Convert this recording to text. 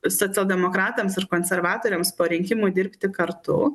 socialdemokratams ir konservatoriams po rinkimų dirbti kartu